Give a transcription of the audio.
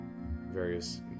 various